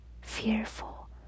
fearful